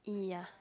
yeah